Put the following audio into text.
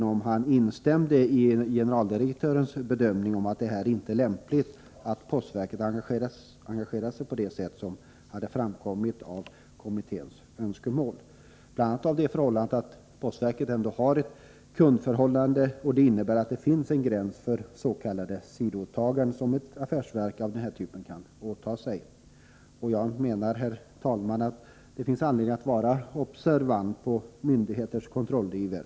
Instämmer finansministern i generaldirektörens bedömning att det inte är lämpligt att postverket engagerar sig på det sätt som kommittén angivit? Bl.a. har ju postverket ett kundförhållande, och det finns en gräns förs.k. sidoåtaganden som affärsverk av postverkets typ kan ta. Jag menar, herr talman, att det finns anledning att vara observant på myndigheters kontrolliver.